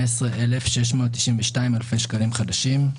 15,692 אלפי שקלים חדשים,